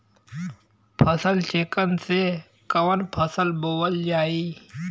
फसल चेकं से कवन फसल बोवल जाई?